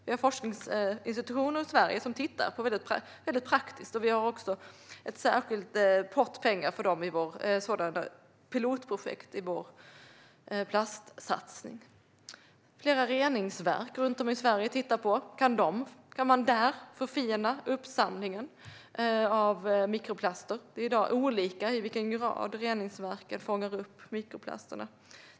Vi har forskningsinstitutioner i Sverige som tittar på detta rent praktiskt, och vi har också en särskild pott pengar för sådana pilotprojekt i vår plastsatsning. Flera reningsverk runt om i Sverige tittar på om man där kan förfina uppsamlingen av mikroplaster. Det är i dag olika i vilken grad reningsverken fångar upp mikroplasterna.